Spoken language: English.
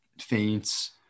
faints